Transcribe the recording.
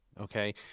Okay